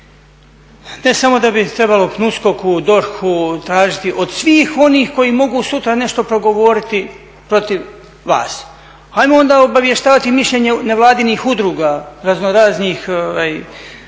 ne samo da bi trebalo PNUSKOK-u, DORH-u tražiti od svih onih koji sutra mogu nešto progovoriti. Ajmo onda obavještavati mišljenje nevladnih udruga raznoraznih